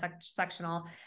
sectional